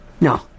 No